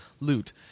loot